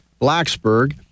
Blacksburg